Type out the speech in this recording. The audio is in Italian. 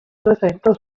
presenta